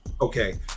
okay